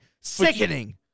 sickening